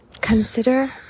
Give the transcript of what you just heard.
consider